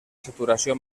saturació